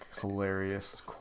hilarious